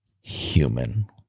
human